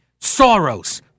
Soros